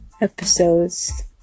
episodes